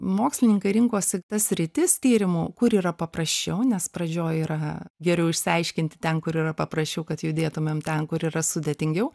mokslininkai rinkosi tas sritis tyrimų kur yra paprasčiau nes pradžioj yra geriau išsiaiškinti ten kur yra paprašiau kad judėtumėm ten kur yra sudėtingiau